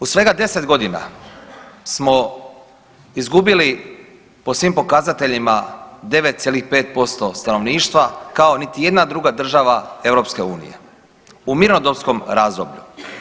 U svega 10.g. smo izgubili po svim pokazateljima 9,5% stanovništva kao niti jedna druga država EU u mirnodopskom razdoblju.